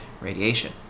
radiation